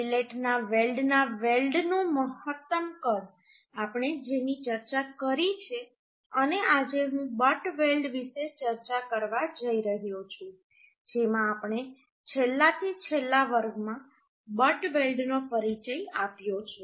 ફિલેટના વેલ્ડના વેલ્ડનું મહત્તમ કદ આપણે જેની ચર્ચા કરી છે અને આજે હું બટ વેલ્ડ વિશે ચર્ચા કરવા જઈ રહ્યો છું જેમાં આપણે છેલ્લાથી છેલ્લા વર્ગમાં બટ વેલ્ડનો પરિચય આપ્યો છે